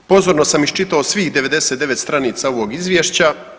Pozorno sam iščitao svih 99 stranica ovog izvješća.